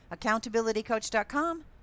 accountabilitycoach.com